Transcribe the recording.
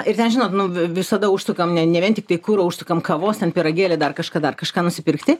ir ten žinot nu visada užsukam ne vien tiktai kuro užsukam kavos ten pyragėlį dar kažką dar kažką nusipirkti